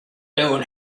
doing